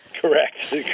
Correct